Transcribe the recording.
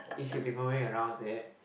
if you be moving around is it